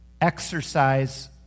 exercise